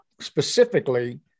specifically